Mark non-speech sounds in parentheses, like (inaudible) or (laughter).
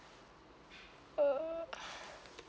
(noise)